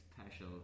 special